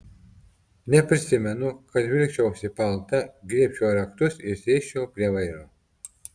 neprisimenu kad vilkčiausi paltą griebčiau raktus ir sėsčiau prie vairo